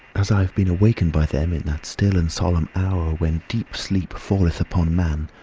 as i have been awakened by them in that still and solemn hour, when deep sleep falleth upon man,